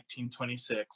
1926